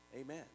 Amen